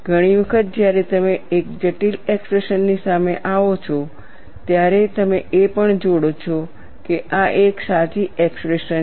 ઘણી વખત જ્યારે તમે કોઈ જટિલ એક્સપ્રેશન ની સામે આવો છો ત્યારે તમે એ પણ જોડો છો કે આ એક સાચી એક્સપ્રેશન છે